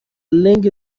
لنگ